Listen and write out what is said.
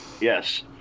Yes